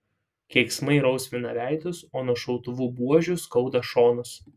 keiksmai rausvina veidus o nuo šautuvų buožių skauda šonus